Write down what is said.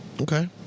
Okay